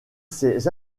ses